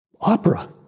opera